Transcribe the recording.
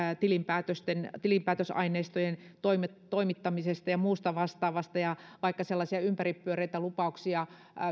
tilinpäätösaineistojen tilinpäätösaineistojen toimittamisesta ja muusta vastaavasta ja vaikka sellaisia ympäripyöreitä lupauksia